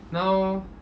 now